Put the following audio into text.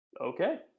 Okay